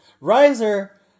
Riser